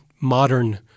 modern